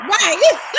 Right